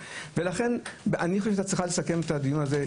לכן אני חושב שאת צריכה לסכם את הדיון הזה,